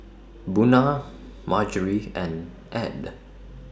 Buna Margery and Add